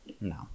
no